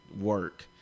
work